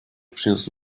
przyniósł